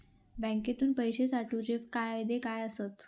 बँकेतून पैशे पाठवूचे फायदे काय असतत?